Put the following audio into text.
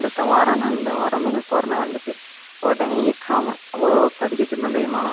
அடுத்த வாரன்னால் இந்த வாரமே எனக்கு கொரோனா வந்துட்டு உடனே எக்ஸாமு அவ்வளோ படித்து வச்சுருந்தேன் தெரியுமா